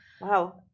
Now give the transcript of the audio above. Wow